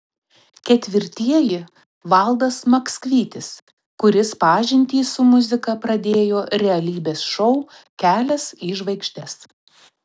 ketvirtieji valdas maksvytis kuris pažintį su muzika pradėjo realybės šou kelias į žvaigždes